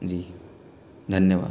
जी धन्यवाद